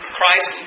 Christ